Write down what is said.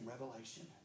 revelation